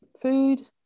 food